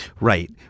Right